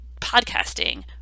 podcasting